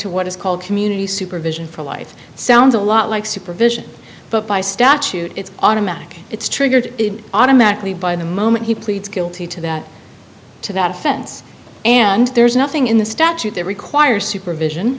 to what is called community supervision for life sounds a lot like supervision but by statute it's automatic it's triggered automatically by the moment he pleads guilty to that to that offense and there's nothing in the statute that requires supervision